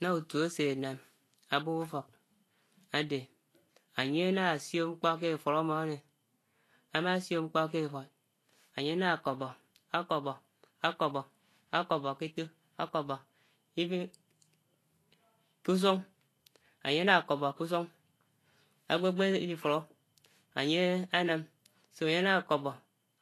Náu tuó ásè nàm ábub ufók ádè, ányè ànà sió kè éfud ámò ádè, ámásiò mkpò kè éfud, ányè nà kòkpó, ákòkpó, ákòkpó, ákòkpò kè éfò, ákòkpó even, kè usung, ányè ànà kòkpò k’usung ányè ánd ákòkpó k’usung, ágwò ákpèyèm ádifudó, ányè ànàm so ènyè ànà ákòkpò,